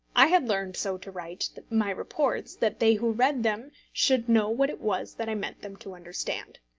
i had learned so to write my reports that they who read them should know what it was that i meant them to understand.